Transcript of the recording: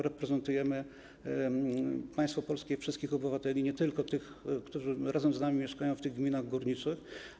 Reprezentujemy państwo polskie i wszystkich obywateli, nie tylko tych, którzy razem z nami mieszkają w gminach górniczych.